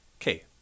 okay